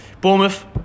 Bournemouth